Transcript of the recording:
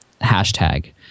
hashtag